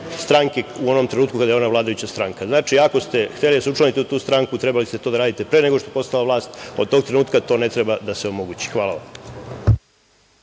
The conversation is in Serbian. stanke u onom trenutku kada je ona vladajuća stranka. Znači, ako ste hteli da se učlanite u tu stranku, trebali ste to da radite pre nego što je postala vlast. Od tog trenutka to ne treba da se omogući. Hvala.